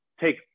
take